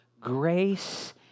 grace